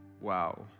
wow